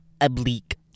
oblique